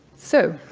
so,